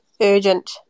urgent